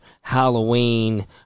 Halloween